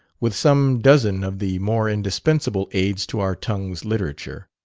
with some dozen of the more indispensable aids to our tongue's literature.